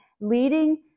leading